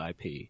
IP